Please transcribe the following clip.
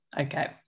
Okay